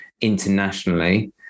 internationally